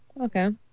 okay